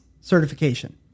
certification